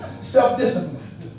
Self-discipline